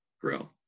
Grill